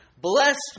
Blessed